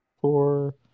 four